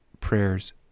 prayers